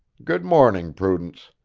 good-morning, prudence.